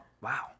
wow